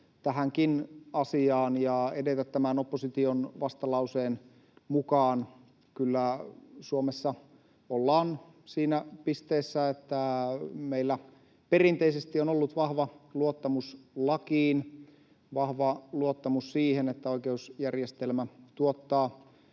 tähänkin asiaan ja edetä tämän opposition vastalauseen mukaan. Kyllä Suomessa ollaan siinä pisteessä, että meillä perinteisesti on ollut vahva luottamus lakiin, vahva luottamus siihen, että oikeusjärjestelmä tuottaa